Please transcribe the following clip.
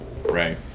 Right